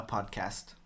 Podcast